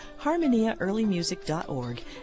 harmoniaearlymusic.org